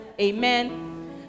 Amen